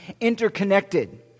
interconnected